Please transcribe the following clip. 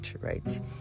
right